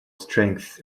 strength